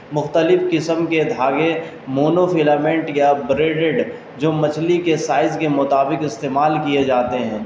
مختلف قسم کے دھاگے مونوفلامنٹ یا بریڈیڈ جو مچھلی کے سائز کے مطابق استعمال کیے جاتے ہیں